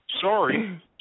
Sorry